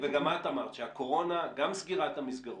שסגירת המסגרות,